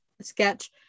sketch